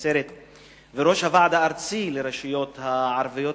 נצרת וראש הוועד הארצי לרשויות הערביות,